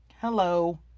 Hello